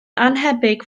annhebyg